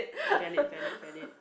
valid valid valid